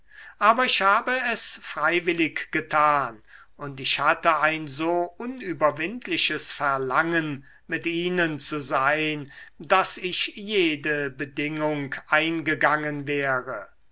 aber ich habe es freiwillig getan und ich hatte ein so unüberwindliches verlangen mit ihnen zu sein daß ich jede bedingung eingegangen wäre